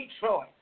Detroit